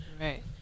Right